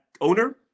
owner